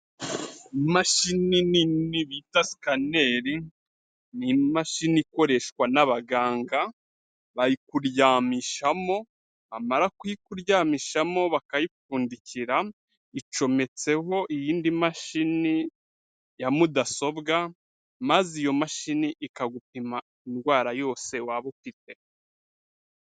Imashini nini bita sikaneri, ni imashini ikoreshwa n'abaganga, bayikuryamishamo bamara kuyikuryamishamo bakayipfundikira, icometseho iyindi mashini ya mudasobwa, maze iyo mashini ikagupima indwara yose waba ufite.